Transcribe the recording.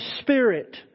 Spirit